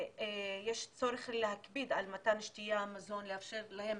יש צורך להקפיד על מתן שתייה, מזון, לאפשר להם